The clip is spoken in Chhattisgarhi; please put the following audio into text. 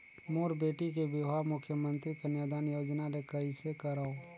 मोर बेटी के बिहाव मुख्यमंतरी कन्यादान योजना ले कइसे करव?